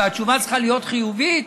והתשובה צריכה להיות חיובית,